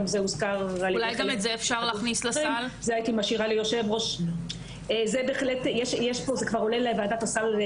זה הייתי משאירה ליושב-ראש --- אולי גם את זה להכניס לוועדת הסל?